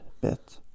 bit